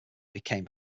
became